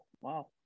Wow